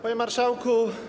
Panie Marszałku!